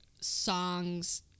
songs